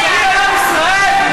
תשמרי על עם ישראל.